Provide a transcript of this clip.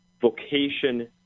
vocation